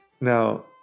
Now